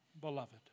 beloved